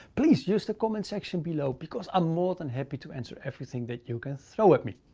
please use the comment section below, because i'm more than happy to answer everything that you an throw at me.